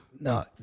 No